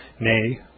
nay